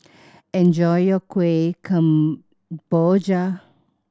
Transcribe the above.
enjoy your Kueh Kemboja